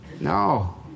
No